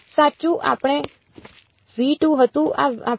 સાચું આ આપણું હતું આ આપણું છે